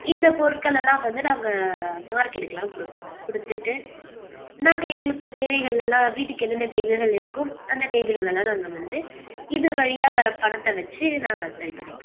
இந்த பொருட்கள் எல்லாம் வந்து நாங்கள் மார்க்கெட்டுக்கெலாம் கொடுப்போம் கொடுத்துட்டு நாங்கள் எங்களுக்கு தேவைகள் எல்லாம் வீட்டுக்கு என்னென்ன தேவைகள் இருக்கோ அந்த தேவைகள் எல்லாம் நாங்கள் வந்து இது வழியாக வர பணத்தை வெச்சு நாங்கள் அதை சரி பண்ணிப்போம்